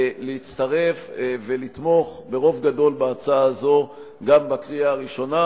להצטרף ולתמוך ברוב גדול בהצעה הזאת גם בקריאה הראשונה,